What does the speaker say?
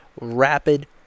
rapid